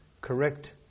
correct